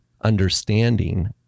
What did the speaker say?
understanding